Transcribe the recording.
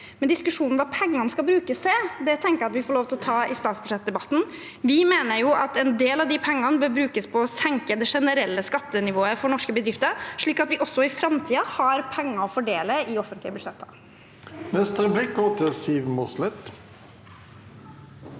Men diskusjonen om hva pengene skal brukes til, tenker jeg at vi får lov til å ta i statsbudsjettdebatten. Vi mener at en del av de pengene bør brukes på å senke det generelle skattenivået for norske bedrifter, slik at vi også i framtiden har penger å fordele i offentlige budsjetter.